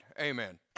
Amen